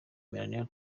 melanie